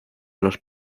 los